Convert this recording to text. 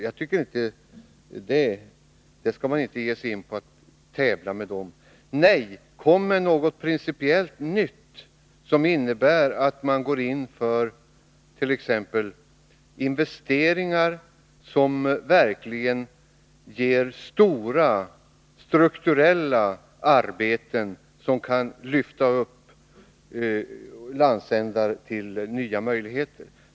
Man skall inte ge sig in på att tävla med dem. Nej, kom med något principiellt nytt, som exempelvis innebär att man går in för investeringar som verkligen ger stora strukturella förbättringar, som kan lyfta upp landsändar till nya möjligheter.